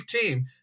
team